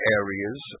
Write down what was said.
areas